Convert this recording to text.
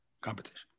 competition